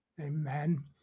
Amen